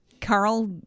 Carl